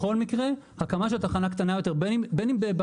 בכל מקרה הקמה של תחנה קטנה יותר בין בבת